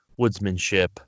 woodsmanship